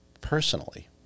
personally